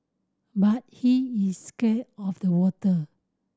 but he is scared of the water